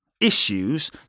issues